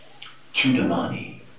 Chudamani